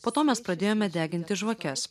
po to mes pradėjome deginti žvakes